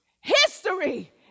history